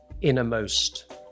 innermost